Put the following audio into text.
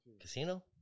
Casino